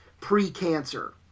pre-Cancer